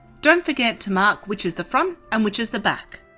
don't forget to mark which is the front and which is the back.